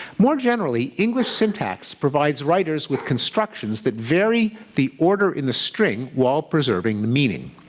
more generally, english syntax provides writers with constructions that vary the order in the string while preserving the meaning.